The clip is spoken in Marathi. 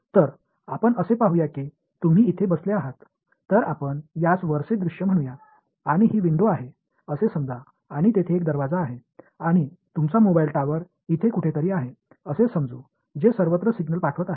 तर आपण असे म्हणूया की तुम्ही इथे बसले आहात तर आपण यास वरचे दृश्य म्हणूया आणि ही विंडो आहे असे समजा आणि तेथे एक दरवाजा आहे आणि तुमचा मोबाईल टॉवर इथे कुठेतरी आहे असे समजू जे सर्वत्र सिग्नल पाठवत आहे